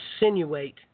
insinuate